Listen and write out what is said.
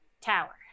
tower